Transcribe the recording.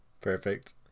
perfect